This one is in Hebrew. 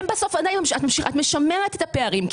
את משמרת אצלם את הפערים,